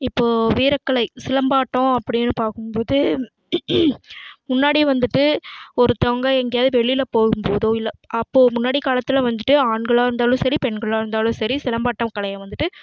இப்போ வீரக்கலை சிலம்பாட்டம் அப்படின்னு பார்க்கும்போது முன்னாடி வந்துவிட்டு ஒருத்தவங்க எங்கேயாது வெளியில் போகும்போதோ இல்லை அப்போ முன்னாடி காலத்தில் வந்துவிட்டு ஆண்களாக இருந்தாலும் சரி பெண்களாக இருந்தாலும் சரி சிலம்பாட்டம் கலையை வந்துவிட்டு